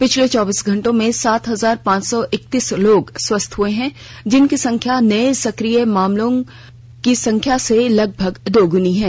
पिछले चौबीस घंटों में सात हजार पांच सौ एकतिस लोग स्वस्थ हुए हैं जिसकी संख्या नये सक्रिय मामले मिलने की संख्या से लगभग दोगुनी है